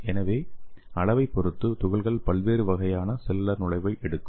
எனவே அளவைப் பொறுத்து துகள்கள் பல்வேறு வகையான செல்லுலார் நுழைவை எடுக்கும்